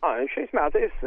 ai šiais metais